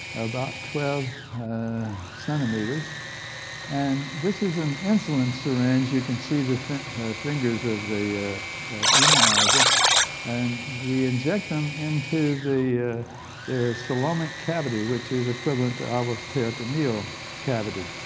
about twelve centimeters and this is an insulin syringe. you can see the fingers of the immunizer and inject them into the their so um and cavity which is equivalent to our perotoneall cavity.